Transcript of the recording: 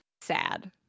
sad